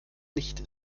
nicht